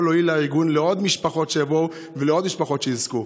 להועיל לארגון ולעוד משפחות שיבואו ולעוד משפחות שיזכו.